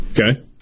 Okay